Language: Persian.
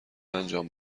انجام